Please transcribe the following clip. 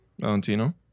Valentino